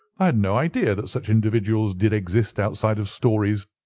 i had no idea that such individuals did exist outside of stories.